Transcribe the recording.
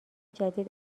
جدید